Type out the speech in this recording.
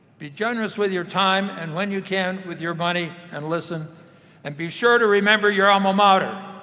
be generous with your time and when you can with your money and listen and be sure to remember your alma mater.